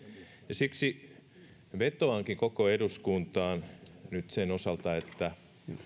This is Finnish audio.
siksi vetoankin koko eduskuntaan nyt sen osalta että